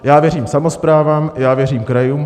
Já věřím samosprávám, já věřím krajům.